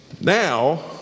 Now